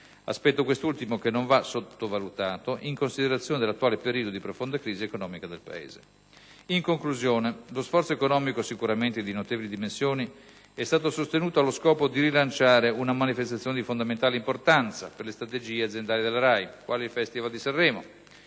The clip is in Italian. Aspetto questo ultimo che non va sottovalutato in considerazione dell'attuale periodo di profonda crisi economica del Paese. In conclusione, lo sforzo economico, sicuramente di notevoli dimensioni, è stato sostenuto allo scopo di rilanciare una manifestazione di fondamentale importanza per le strategie aziendali della RAI - quale il Festival di Sanremo